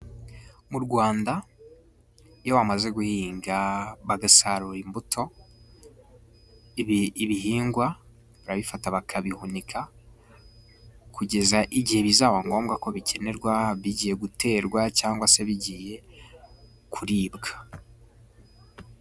Mu Rwanda iyo bamaze guhinga bagasarura imbuto ibihingwa barabifata bakabihunika, kugeza igihe bizaba ngombwa ko bikenerwa bigiye guterwa cyangwa se bigiye kuribwa.